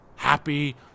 Happy